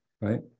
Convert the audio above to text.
right